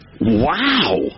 Wow